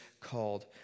called